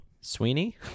Sweeney